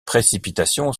précipitations